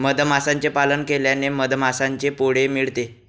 मधमाशांचे पालन केल्याने मधमाशांचे पोळे मिळते